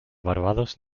barbados